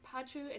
Pachu